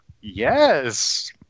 yes